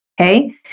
Okay